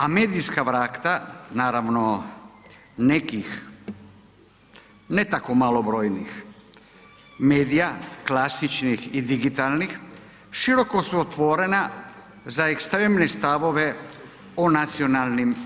A medijska ... naravno nekih ne tako malobrojnih medija klasičnih i digitalnih široko su otvorena za ekstremne stavove o nacionalnim